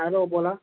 hello बोला